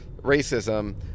racism